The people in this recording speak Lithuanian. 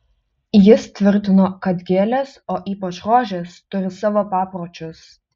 jis tvirtino kad gėlės o ypač rožės turi savo papročius